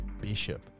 Bishop